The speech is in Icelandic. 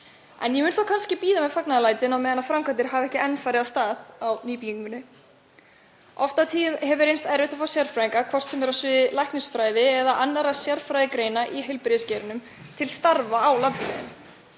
En ég vil þó kannski bíða með fagnaðarlætin á meðan framkvæmdir hafa ekki enn farið af stað á nýbyggingunni. Oft á tíðum hefur reynst erfitt að fá sérfræðinga, hvort sem er á sviði læknisfræði eða annarra sérfræðigreina í heilbrigðisgeiranum, til starfa á landsbyggðinni.